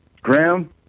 Graham